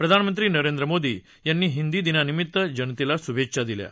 प्रधानमंत्री नरेंद्र मोदी यांनी हिंदी दिननिमित्त जनतेला शुभेच्छा दिल्या आहेत